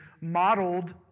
modeled